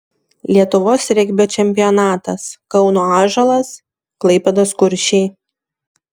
lietuvos regbio čempionatas kauno ąžuolas klaipėdos kuršiai